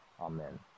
Amen